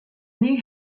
new